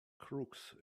crooks